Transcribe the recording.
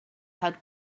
had